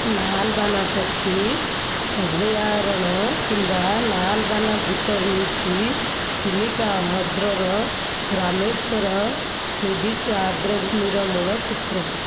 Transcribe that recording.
ନାଲବାନା ପକ୍ଷୀ ଅଭୟାରଣ୍ୟ କିମ୍ବା ନାଲବାନା ଦ୍ୱୀପ ହେଉଛି ଚିଲିକା ହ୍ରଦର ରାମେଶ୍ୱର ନିର୍ଦ୍ଦିଷ୍ଟ ଆର୍ଦ୍ରଭୂମିର ମୂଳ କ୍ଷେତ୍ର